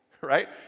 right